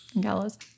Gallows